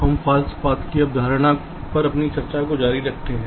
हम false paths की अवधारणा पर अपनी चर्चा जारी रखते हैं